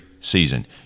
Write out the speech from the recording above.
season